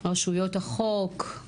רשויות החוק, תביעה,